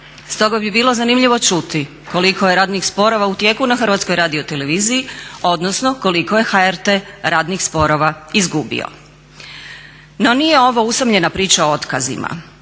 Stoga bi bilo zanimljivo čuti koliko je radnih sporova u tijeku na Hrvatskoj radioteleviziji, odnosno koliko je HRT radnih sporova izgubio. No, nije ovo usamljena priča o otkazima.